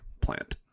Plant